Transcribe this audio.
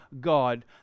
God